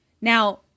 Now